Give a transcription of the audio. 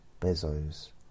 Bezos